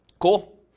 cool